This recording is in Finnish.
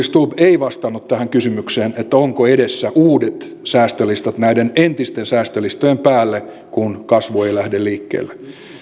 stubb ei vastannut kysymykseen onko edessä uudet säästölistat näiden entisten säästölistojen päälle kun kasvu ei lähde liikkeelle